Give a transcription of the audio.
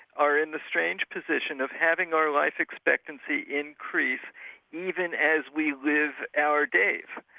are in the strange position of having our life expectancy increase even as we live our days.